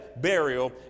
burial